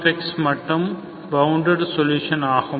Pnx மட்டுமே bounded solution ஆகும்